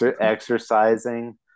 exercising